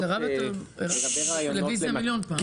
זה קרה בטלוויזיה מיליון פעם.